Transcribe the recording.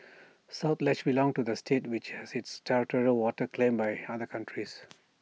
south ledge belonged to the state which has its territorial waters claimed by other countries